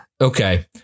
Okay